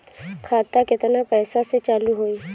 खाता केतना पैसा से चालु होई?